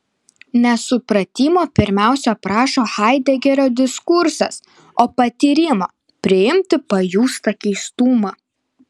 ne supratimo pirmiausia prašo haidegerio diskursas o patyrimo priimti pajustą keistumą